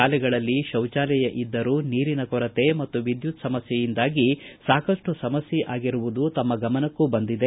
ಶಾಲೆಗಳಲ್ಲಿ ಶೌಚಾಲಯ ಇದ್ದರೂ ನೀರಿನ ಕೊರತೆ ಮತ್ತು ವಿದ್ಯುತ್ ಸಮಸ್ಕೆಯಿಂದಾಗಿ ಸಾಕಷ್ಟು ಸಮಸ್ಕೆ ಆಗಿರುವುದು ತಮ್ಮ ಗಮನಕ್ಕೂ ಬಂದಿದೆ